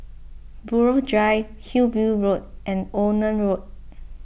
Buroh Drive Hillview Road and Onan Road